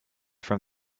from